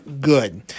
good